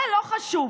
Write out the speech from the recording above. זה לא חשוב.